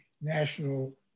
national